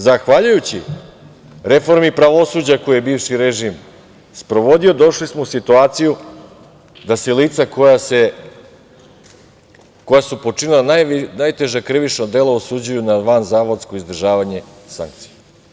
Zahvaljujući reformi pravosuđa koju je bivši režim sprovodio, došli smo u situaciju da se lica koja su počinila najteža krivična dela osuđuju na vanzavodsko izdržavanje sankcija.